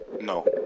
No